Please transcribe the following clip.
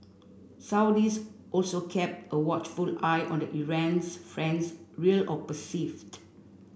Saudis also kept a watchful eye on the Iran's friends real or perceived